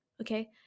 okay